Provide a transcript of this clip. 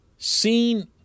seen